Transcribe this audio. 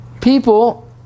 people